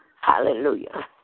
Hallelujah